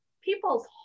people's